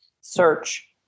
search